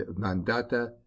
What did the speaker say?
mandata